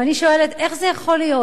ואני שואלת: איך זה יכול להיות?